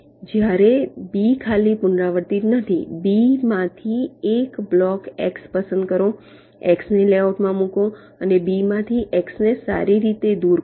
તેથી જ્યારે B ખાલી પુનરાવર્તિત નથી B માંથી એક બ્લોક X પસંદ કરો X ને લેઆઉટમાં મૂકો અને B માંથી X ને સારી રીતે દૂર કરો